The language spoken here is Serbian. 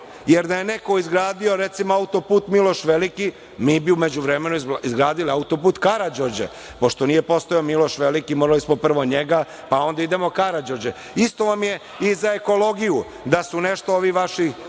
jer da je neko izgradio recimo auto-put „Miloš Veliki“, mi bi u međuvremenu izgradili auto-put „Karađorđe“. Pošto nije postojao „Miloš Veliki“, morali smo prvo njega, pa onda idemo „Karađorđe“.Isto vam je i za ekologiju. Da su nešto ovi vaši